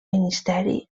ministeri